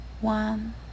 one